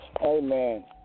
Amen